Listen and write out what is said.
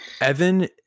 Evan